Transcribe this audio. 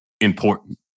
important